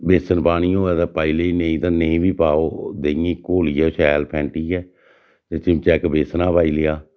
बेसन पानी होऐ पाई लेई नेईं तां नेईं बी पाओ देहियैं गी घोलियै शैल फैंटियै ते चिम्मचा इक बेसनै दा पाई लेआ